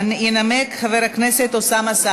אין נמנעים.